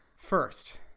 First